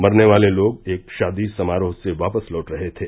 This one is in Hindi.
मरने वाले लोग एक शादी समारोह से वापस लौट रहे थे